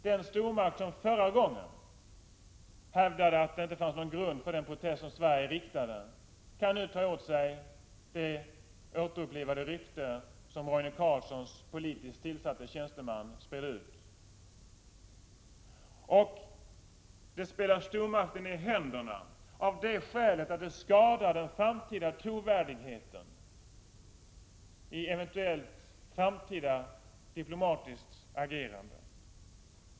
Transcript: Den stormakt som förra gången hävdade att det inte fanns någon grund för den protest som Sverige riktade mot den kan nu ta åt sig detta återupplivade rykte som Roine Carlssons politiskt tillsatte tjänsteman spred ut. Detta spelar stormakten i händerna av det skälet att det skadar trovärdigheten i ett eventuellt framtida diplomatiskt agerande.